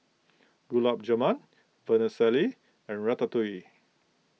Gulab Jamun Vermicelli and Ratatouille